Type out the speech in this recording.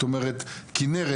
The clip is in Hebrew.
זאת אומרת כינרת,